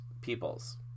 Peoples